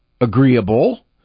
agreeable